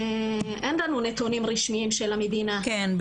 אין לנו נתונים רשמיים של המדינה- -- כן,